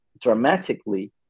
dramatically